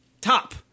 top